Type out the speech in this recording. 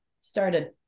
started